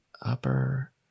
Upper